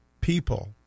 people